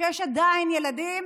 כשיש עדיין ילדים